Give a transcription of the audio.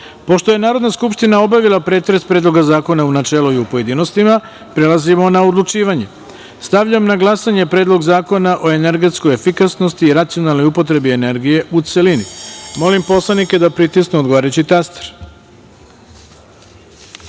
166.Pošto je Narodna skupština obavila pretres Predloga zakona u načelu i u pojedinostima, prelazimo na odlučivanje. Stavljam na glasanje Predlog zakona o energetskoj efikasnosti i racionalnoj upotrebi energije, u celini. Molim poslanike da pritisnu odgovarajući